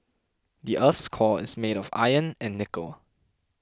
the earth's core is made of iron and nickel